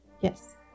Yes